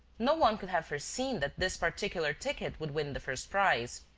no one could have foreseen that this particular ticket would win the first prize.